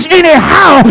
anyhow